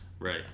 Right